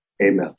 Amen